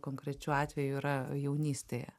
konkrečiu atveju yra jaunystėje